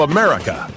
America